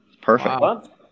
Perfect